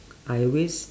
I waste